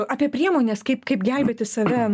apie priemones kaip kaip gelbėti save